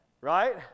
right